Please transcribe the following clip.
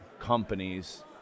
companies